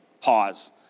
pause